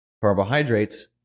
carbohydrates